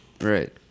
Right